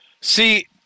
See